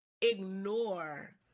ignore